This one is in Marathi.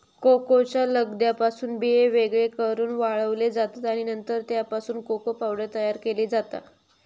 कोकोच्या लगद्यापासून बिये वेगळे करून वाळवले जातत आणि नंतर त्यापासून कोको पावडर तयार केली जाता